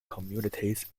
communities